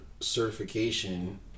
certification